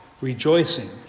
rejoicing